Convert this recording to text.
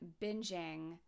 binging